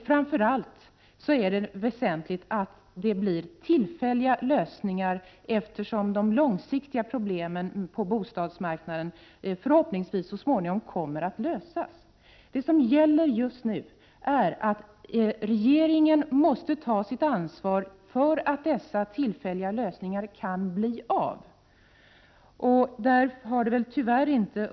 Framför allt är det väsentligt att man åstadkommer tillfälliga lösningar, eftersom de långsiktiga problemen på bostadsmarknaden så småningom förhoppningsvis kommer att lösas. Det som gäller just nu är att regeringen måste ta sitt ansvar för att dessa tillfälliga lösningar kan bli av.